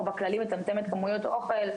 או בכללי מצמצמת כמויות אוכל,